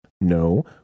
No